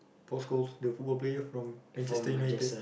Paul-Scholes the football player from Manchester-United